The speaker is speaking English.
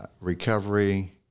recovery